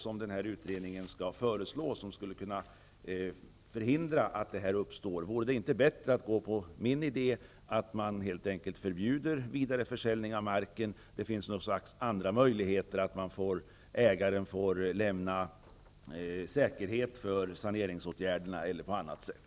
Vad skall utredningen föreslå som skulle kunna förhindra att en sådan här situation uppstår? Vore det inte bättre att tillämpa min idé, dvs. att förbjuda vidareförsäljning av marken. Det finns andra möjligheter, såsom att ägaren lämnar en säkerhet för saneringsåtgärder e.d.